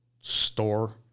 store